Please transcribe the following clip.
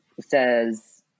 says